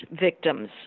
victims